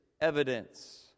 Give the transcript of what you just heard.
evidence